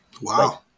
Wow